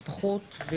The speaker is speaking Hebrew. ולמשפחות.